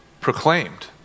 proclaimed